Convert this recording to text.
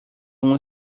uma